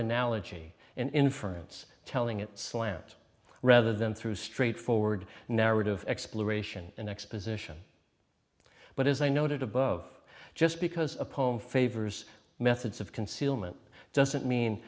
analogy and inference telling it slant rather than through straightforward narrative exploration and exposition but as i noted above just because a poem favors methods of concealment doesn't mean